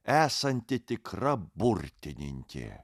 esanti tikra burtininkė